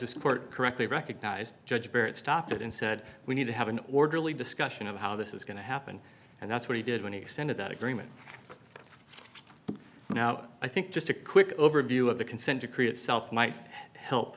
court correctly recognized judge barrett stopped it and said we need to have an orderly discussion of how this is going to happen and that's what he did when he extended that agreement now i think just a quick overview of the consent decree itself might help